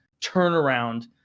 turnaround